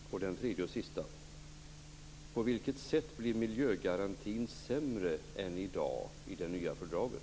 På vilket sätt blir miljögarantin sämre än i dag med det nya fördraget?